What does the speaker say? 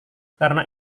karena